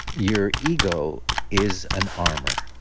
your ego is an armor.